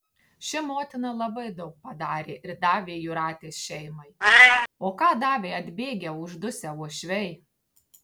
ši motina labai daug padarė ir davė jūratės šeimai o ką davė atbėgę uždusę uošviai